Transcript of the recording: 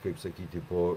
kaip sakyti po